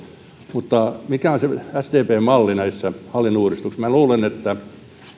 mutta mikä on se sdpn malli näissä hallinnonuudistuksissa luulen että